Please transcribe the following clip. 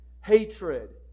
hatred